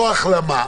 או החלמה,